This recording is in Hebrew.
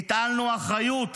הטלנו אחריות